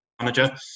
manager